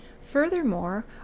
Furthermore